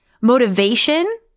motivation